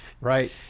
right